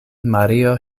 mario